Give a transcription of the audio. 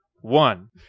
one